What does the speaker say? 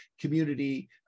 community